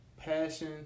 passion